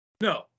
No